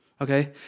okay